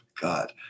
God